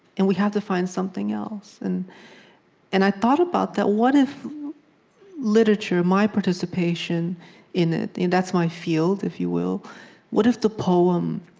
and we have to find something else and and i thought about that. what if literature, my participation in ah it and that's my field, if you will what if the poem,